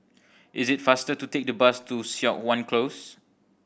is it faster to take the bus to Siok Wan Close